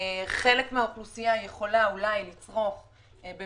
חלק מהאוכלוסייה יכולה אולי לצרוך את הבדיקה